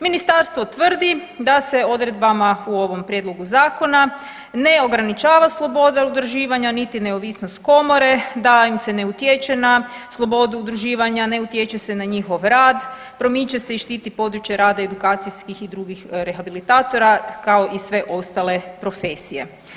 Ministarstvo tvrdi da se odredbama u ovom prijedlogu zakona ne ograničava sloboda udruživanja niti neovisnost komore, da im se ne utječe na slobodu udruživanja, ne utječe se na njihov rad, promiče se i štiti područje rada i edukacijskih i drugih rehabilitatora, kao i sve ostale profesije.